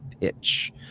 pitch